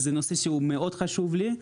אז זה נושא שהוא מאוד חשוב לי,